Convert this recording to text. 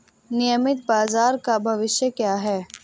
नियमित बाजार का भविष्य क्या है?